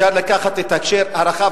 אפשר לקחת את ההקשר הרחב,